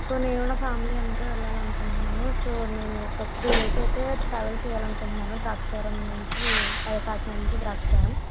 so నేను నా family అందరూ వెళ్ళాలనుకుంట్నాము సో నేను ఒక త్రీ డేస్ అయితే ట్రావెల్ చెయ్యాలనుకుంట్నాను ద్రాక్షారామం నుంచి అదె కాకినాడ నుంచి ద్రాక్షారామం